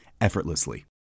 effortlessly